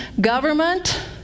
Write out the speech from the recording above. government